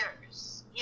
years